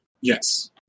Yes